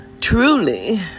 truly